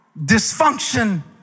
dysfunction